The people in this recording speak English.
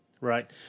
Right